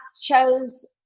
chose